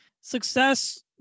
Success